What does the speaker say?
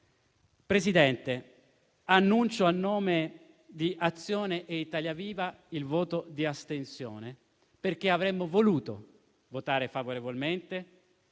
Presidente, annuncio a nome di Azione e Italia Viva il voto di astensione. Avremmo voluto votare favorevolmente.